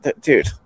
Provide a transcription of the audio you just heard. dude